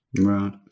Right